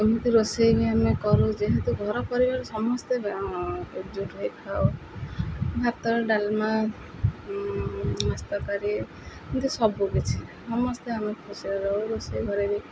ଏମିତି ରୋଷେଇ ବି ଆମେ କରୁ ଯେହେତୁ ଘର ପରିବାର ସମସ୍ତେ ଏକଜୁଟ ହେଇ ଖାଉ ଭାତ ଡ଼ାଲମା ଏମିତି ସବୁକିଛି ସମସ୍ତେ ଆମେ ଖୁସିରେ ରହୁ ରୋଷେଇ କରି ବିି